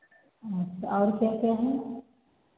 अच्छा और क्या क्या है